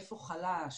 איפה חלש,